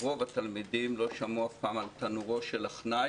רוב התלמידים לא שמעו אף פעם על - "תנורו של עכנאי",